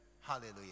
Hallelujah